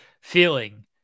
feeling